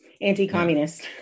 anti-communist